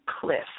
cliff